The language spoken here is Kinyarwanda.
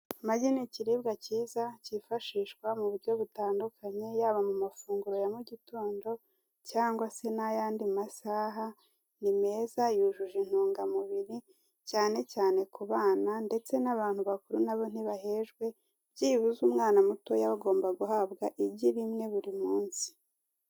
Amagi ni ikiribwa cyiza, cyifashishwa mu buryo butandukanye, yaba mu mafunguro ya mu gitondo cyangwa se n'ayandi masaha, ni meza yujuje intungamubiri, cyane cyane ku bana ndetse n'abantu bakuru na bo ntibahejwe, byibuze umwana mutoya we agomba guhabwa igi rimwe buri munsi.